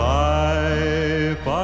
life